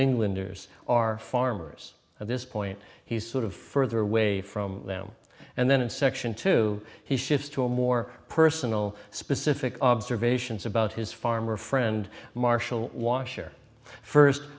englanders are farmers at this point he's sort of further away from them and then in section two he shifts to a more personal specific observations about his farmer friend marshall washer first